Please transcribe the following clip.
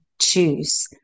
choose